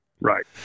Right